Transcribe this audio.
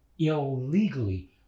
illegally